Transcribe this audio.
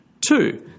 two